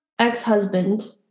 ex-husband